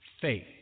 faith